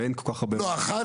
לא אחת,